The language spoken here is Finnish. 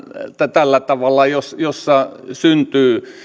tällä tavalla joissa syntyy